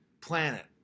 planet